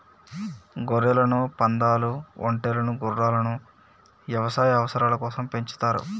గొర్రెలను, పందాలు, ఒంటెలను గుర్రాలను యవసాయ అవసరాల కోసం పెంచుతారు